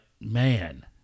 man